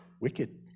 wicked